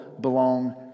belong